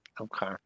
Okay